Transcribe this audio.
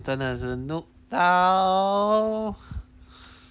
真的是 note 到